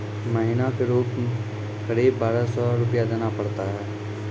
महीना के रूप क़रीब बारह सौ रु देना पड़ता है?